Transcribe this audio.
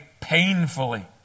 painfully